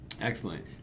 excellent